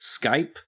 Skype